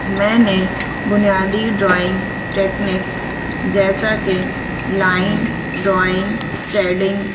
میں نے بنیادی ڈرائنگ ٹیکنکس جیسا کہ لائن ڈرائنگ سیڈنگ